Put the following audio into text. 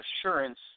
assurance